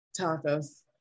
tacos